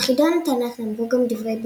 על חידון התנ"ך נאמרו גם דברי ביקורת,